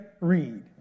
Read